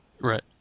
Right